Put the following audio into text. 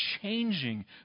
changing